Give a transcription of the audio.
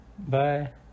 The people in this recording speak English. Bye